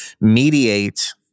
mediate